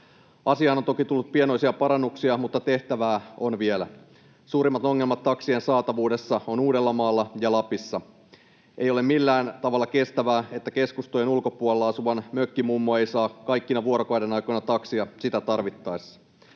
Asiaan on toki tullut pienoisia parannuksia, mutta tehtävää on vielä. Suurimmat ongelmat taksien saatavuudessa ovat Uudellamaalla ja Lapissa. Ei ole millään tavalla kestävää, että keskustojen ulkopuolella asuva mökkimummo ei saa kaikkina vuorokaudenaikoina taksia sitä tarvitessaan.